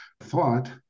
thought